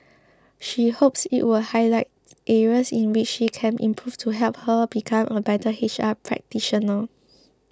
she hopes it would highlight areas in which she can improve to help her become a better H R practitioner